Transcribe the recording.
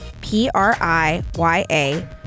P-R-I-Y-A